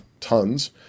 Tons